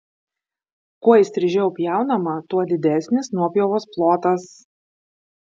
kuo įstrižiau pjaunama tuo didesnis nuopjovos plotas